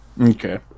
Okay